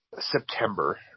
September